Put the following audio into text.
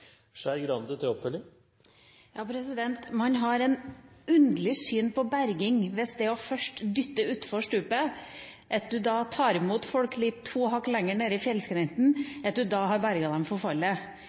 Man har et underlig syn på berging, hvis man først dytter folk utfor stupet, så tar imot dem to hakk lenger ned i fjellskrenten,